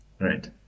right